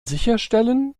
sicherstellen